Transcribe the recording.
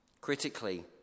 Critically